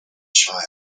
child